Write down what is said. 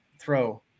throw